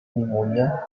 pneumonia